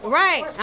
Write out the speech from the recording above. right